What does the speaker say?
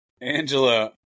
Angela